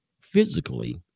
physically